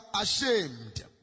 ashamed